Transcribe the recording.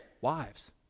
Wives